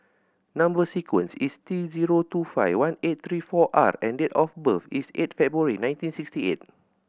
number sequence is T zero two five one eight three four R and date of birth is eight February nineteen sixty eight